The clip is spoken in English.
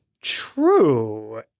True